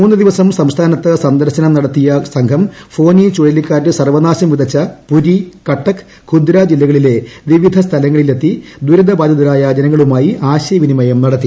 മൂന്ന് ദിവസം സംസ്ഥാനത്ത് സന്ദർശനം നടത്തിയ സംഘം ഫോനി ചുഴലിക്കാറ്റ് സർവ്വനാശം വിതച്ച പുരി കട്ടക് ഖുദ്രാ ജില്ലകളിലെ വിവിധ സ്ഥലങ്ങളിലെത്തി ദുരിതബാധിതരായ ജനങ്ങളുമായി ആശയവിനിമയം നടത്തി